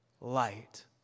Light